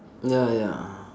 ya ya